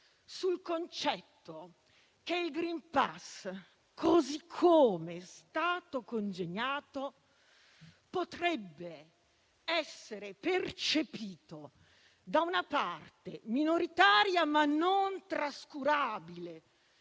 sul concetto che il *green pass*, così come è stato congegnato, potrebbe essere percepito, da una parte minoritaria ma non trascurabile